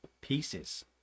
pieces